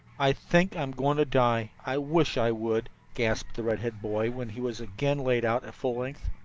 i think i'm going to die. i wish i would, gasped the red-headed boy when he was again laid out at full length.